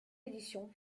édition